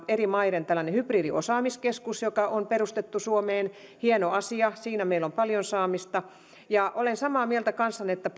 eri maiden yhteishankintana tällaisen hybridiosaamiskeskuksen joka on perustettu suomeen hieno asia siinä meillä on paljon osaamista olen samaa mieltä kanssanne että